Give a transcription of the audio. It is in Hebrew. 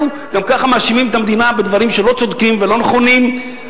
גם כך מאשימים את המדינה בדברים שלא צודקים ולא נכונים,